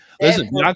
listen